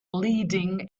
leading